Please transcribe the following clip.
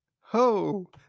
ho